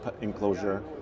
enclosure